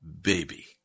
baby